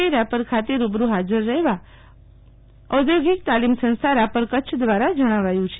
આઈ રાપર ખાતે રૂબરૂ હાજરરહેવા ઔદ્યોગિક તાલીમ સંસ્થા રાપર કચ્છ દ્વારા જણાવાયું છે